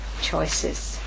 choices